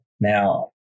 Now